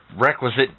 requisite